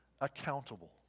accountable